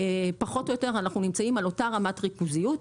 פחות או יותר אנחנו נמצאים על אותה רמת ריכוזיות,